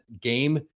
game